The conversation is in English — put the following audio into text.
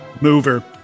Mover